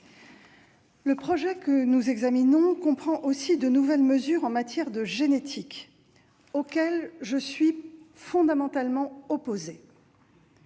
Le projet que nous examinons comprend aussi de nouvelles mesures en matière de génétique auxquelles je suis fondamentalement opposée.